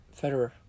Federer